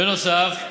בנוסף,